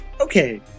Okay